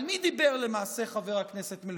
על מי דיבר למעשה חבר הכנסת מלביצקי?